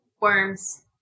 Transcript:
Worms